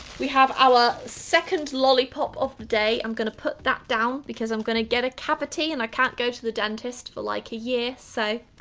we have our second lollipop of the day, i'm gonna put that down because i'm gonna get a cavity and i can't go to the dentist for like, a year so.